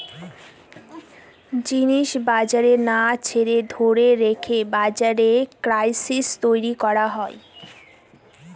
জিনিস বাজারে না ছেড়ে ধরে রেখে বাজারে ক্রাইসিস তৈরী করা হয়